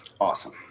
Awesome